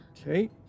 Okay